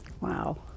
Wow